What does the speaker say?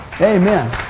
Amen